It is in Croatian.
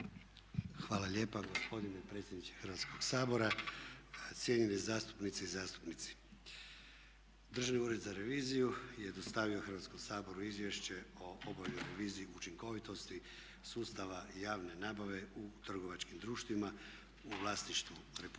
Hvala lijepa gospodine predsjedniče Hrvatskoga sabora, cijenjene zastupnice i zastupnici. Državni ured za reviziju je dostavio Hrvatskom saboru Izvješće o obavljenoj reviziji učinkovitosti sustava javne nabave u trgovačkim društvima u vlasništvu Republike